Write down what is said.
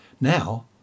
now